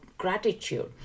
gratitude